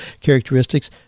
characteristics